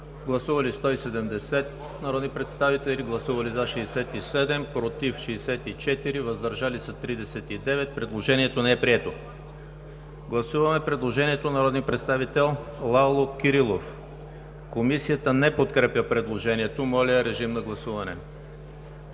Гласували 170 народни представители: за 67, против 64, въздържали се 39. Предложението не е прието. Гласуваме предложението на народния представител Лало Кирилов. Комисията не подкрепя предложението. Моля да гласуваме.